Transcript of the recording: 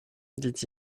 dit